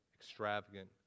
extravagant